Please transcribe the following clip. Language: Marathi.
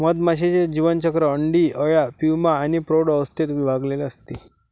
मधमाशीचे जीवनचक्र अंडी, अळ्या, प्यूपा आणि प्रौढ अवस्थेत विभागलेले असते